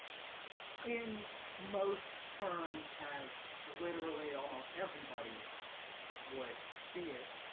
in most terms as literally almost everybody would see it